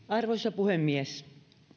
arvoisa puhemies